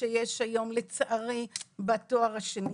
שיש היום לצערי בתואר השני,